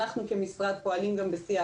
אנחנו כמשרד פועלים בשיח